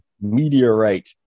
Meteorite